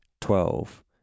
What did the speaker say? twelve